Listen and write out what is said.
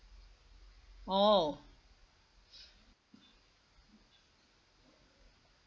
oh